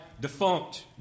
defunct